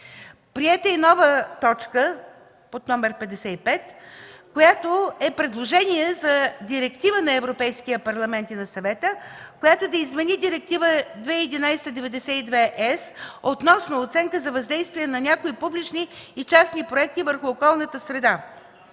Приета е и нова точка под № 55, която е предложение за директива на Европейския парламент и на Съвета, която да измени Директива 2011/92/ЕС относно оценка за въздействие на някои публични и частни проекти върху околната среда.